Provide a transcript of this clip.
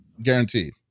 Guaranteed